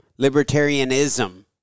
libertarianism